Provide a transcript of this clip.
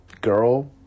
girl